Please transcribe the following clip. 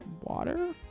Water